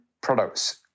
products